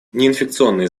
неинфекционные